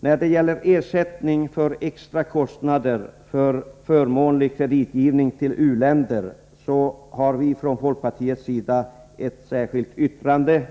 När det gäller ersättning för extra kostnader för förmånlig kreditgivning till u-länder har vi från folkpartiets sida ett särskilt yttrande.